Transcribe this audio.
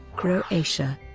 croatia.